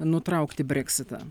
nutraukti breksitą